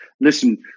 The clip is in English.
listen